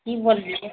की बोललियै